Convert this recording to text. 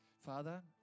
Father